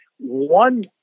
one